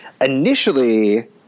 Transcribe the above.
initially